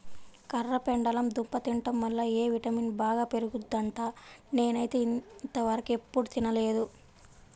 కర్రపెండలం దుంప తింటం వల్ల ఎ విటమిన్ బాగా పెరుగుద్దంట, నేనైతే ఇంతవరకెప్పుడు తినలేదు